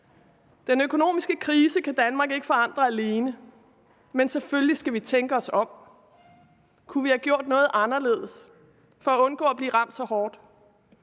Den økonomiske krise kan Danmark ikke forandre alene, men selvfølgelig skal vi tænke os om. Kunne vi have gjort noget anderledes for at undgå at blive ramt så hårdt?